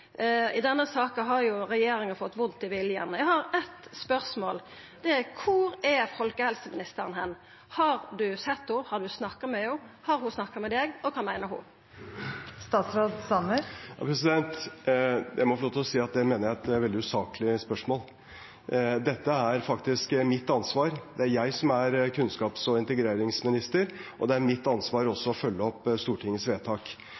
i denne saka har jo regjeringa fått vondt i viljen. Eg har eitt spørsmål: Kvar er folkehelseministeren; har statsråden sett ho, har han snakka med ho, har ho snakka med han, og kva meiner ho? Jeg må få lov til å si at det mener jeg er et veldig usaklig spørsmål. Dette er faktisk mitt ansvar, det er jeg som er kunnskaps- og integreringsminister, og det er mitt ansvar også å følge opp Stortingets vedtak.